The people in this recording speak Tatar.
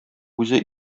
үзе